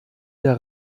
der